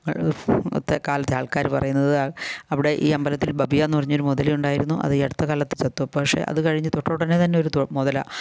അന്നത്തെക്കാലത്തെ ആൾക്കാർ പറയുന്നത് അവിടെ ഈ അമ്പലത്തിൽ ബബിയ എന്ന് പറഞ്ഞൊരു മുതലയുണ്ടായിരുന്നു അതീ അടുത്ത കാലത്ത് ചത്തു പക്ഷേ അത് കഴിഞ്ഞ് തൊട്ടുടനെ തന്നെ ഒരു തൊ മുതല